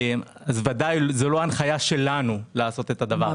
אז ודאי שזו לא ההנחיה שלנו לעשות את הדבר הזה.